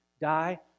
die